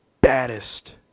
baddest